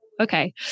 Okay